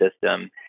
system